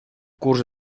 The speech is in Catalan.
curs